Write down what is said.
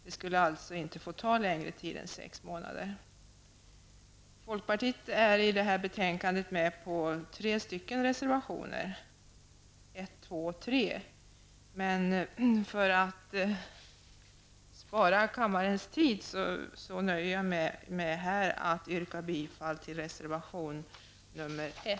Det skulle alltså inte få ta längre tid än sex månader. Folkpartiet är i det här betänkandet med på tre reservationer, reservationerna nr 1, 2 och 3, men för att spara kammarens tid nöjer jag mig med att yrka bifall till reservation 1.